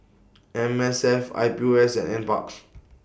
M S F I P O S and NParks